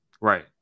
Right